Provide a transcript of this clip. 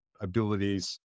abilities